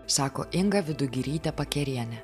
sako inga vidugirytė pakerienė